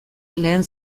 lehen